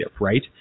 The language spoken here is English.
right